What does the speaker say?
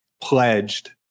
pledged